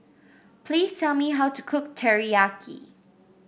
please tell me how to cook Teriyaki